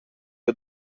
jeu